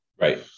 Right